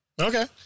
Okay